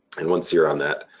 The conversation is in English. and once you're on that,